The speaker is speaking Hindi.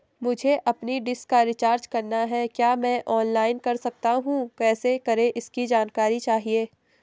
मुझे अपनी डिश का रिचार्ज करना है क्या मैं ऑनलाइन कर सकता हूँ कैसे करें इसकी जानकारी चाहिए?